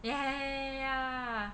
ya ya ya